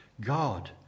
God